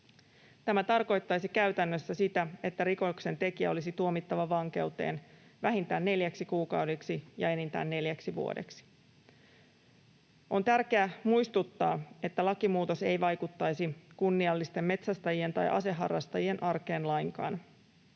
Tämä tarkoittaisi käytännössä sitä, että rikoksentekijä olisi tuomittava vankeuteen vähintään neljäksi kuukaudeksi ja enintään neljäksi vuodeksi. On tärkeä muistuttaa, että lakimuutos ei vaikuttaisi kunniallisten metsästäjien tai aseharrastajien arkeen lainkaan.